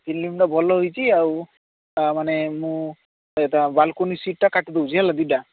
ଫିଲ୍ମ୍ଟା ଭଲ ହୋଇଛି ଆଉ ଆ ମାନେ ମୁଁ ଏଇଟା ବାଲ୍କୋନି ସିଟ୍ଟା କାଟିଦେଉଛି ହେଲା ଦୁଇଟା